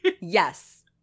Yes